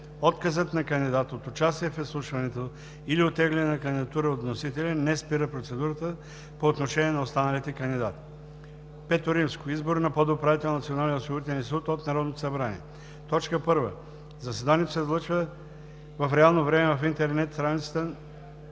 Отказът на кандидат от участие в изслушването или оттегляне на кандидатура от вносителя, не спира процедурата по отношение на останалите кандидати. V. Избор на подуправител на Националния осигурителен институт от Народното събрание 1. Заседанието се излъчва в реално време в интернет страницата